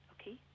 Okay